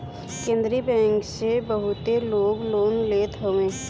केंद्रीय बैंक से बहुते लोग लोन लेत हवे